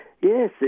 Yes